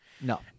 No